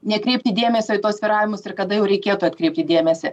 nekreipti dėmesio į tuos svyravimus ir kada jau reikėtų atkreipti dėmesį